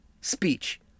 speech